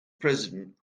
president